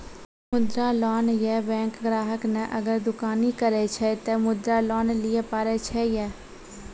मुद्रा लोन ये बैंक ग्राहक ने अगर दुकानी करे छै ते मुद्रा लोन लिए पारे छेयै?